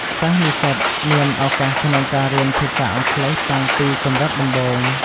សិស្សនិស្សិតមានឱកាសក្នុងការរៀនភាសាអង់គ្លេសតាំងពីកម្រិតដំបូង។